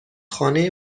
خانه